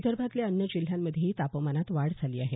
विदर्भातल्या अन्य जिल्ह्यांमध्येही तापमानात वाढ झाली आहे